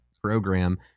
program